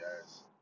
guys